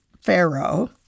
Pharaoh